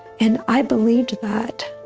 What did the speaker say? and i believed that,